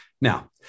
Now